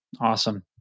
Awesome